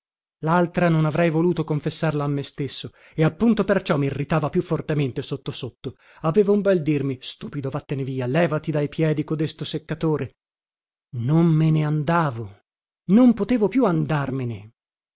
laltra non avrei voluto confessarla a me stesso e appunto perciò mirritava più fortemente sotto sotto avevo un bel dirmi stupido vattene via levati dai piedi codesto seccatore non me ne andavo non potevo più andarmene